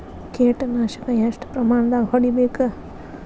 ಕೇಟ ನಾಶಕ ಎಷ್ಟ ಪ್ರಮಾಣದಾಗ್ ಹೊಡಿಬೇಕ?